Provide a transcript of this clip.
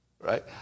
Right